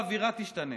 כל האווירה תשתנה.